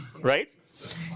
right